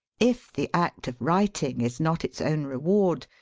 if the act of writing is not its own reward,